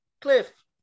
cliff